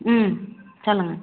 ம் சொல்லுங்கள்